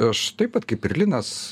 aš taip pat kaip ir linas